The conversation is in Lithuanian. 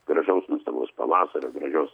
gražaus nuostabaus pavasario gražios